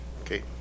Okay